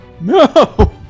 No